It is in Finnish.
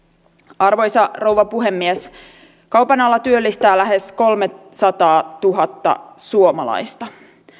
arvoisa rouva puhemies kaupan ala työllistää lähes kolmesataatuhatta suomalaista